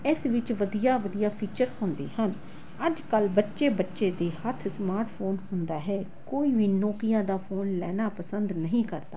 ਇਸ ਵਿੱਚ ਵਧੀਆ ਵਧੀਆ ਫੀਚਰ ਹੁੰਦੇ ਹਨ ਅੱਜ ਕੱਲ੍ਹ ਬੱਚੇ ਬੱਚੇ ਦੇ ਹੱਥ ਸਮਾਟਫੋਨ ਹੁੰਦਾ ਹੈ ਕੋਈ ਵੀ ਨੋਕੀਆਂ ਦਾ ਫੋਨ ਲੈਣਾ ਪਸੰਦ ਨਹੀਂ ਕਰਦਾ